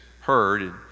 heard